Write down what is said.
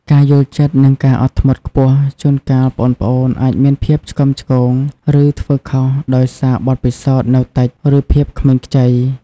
ការយល់ចិត្ត និងការអត់ធ្មត់ខ្ពស់ ជួនកាល ប្អូនៗអាចមានភាពឆ្គាំឆ្គង ឬធ្វើខុស ដោយសារបទពិសោធន៍នៅតិច ឬភាពក្មេងខ្ចី។